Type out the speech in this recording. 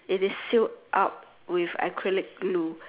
it is sealed up with acrylic glue